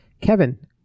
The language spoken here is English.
Kevin